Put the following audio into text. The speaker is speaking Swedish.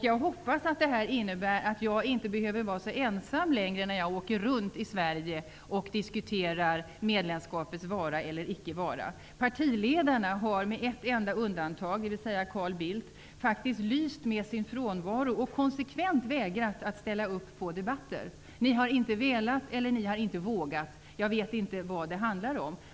Jag hoppas att det innebär att jag inte längre behöver vara så ensam när jag åker runt i Sverige och diskuterar medlemskapets vara eller icke vara. Partiledarna har med ett enda undantag, dvs. Carl Bildt, lyst med sin frånvaro och konsekvent vägrat att ställa upp på debatter. Ni har inte velat eller ni har inte vågat -- jag vet inte vilket.